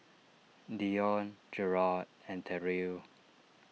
Dione Jerrod and Terrill